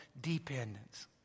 dependence